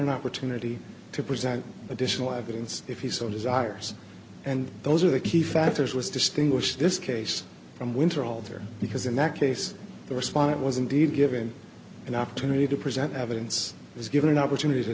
an opportunity to present additional evidence if he so desires and those are the key factors which distinguish this case from winter all there because in that case the respondent was indeed given an opportunity to present evidence is given an opportunity to